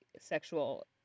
sexual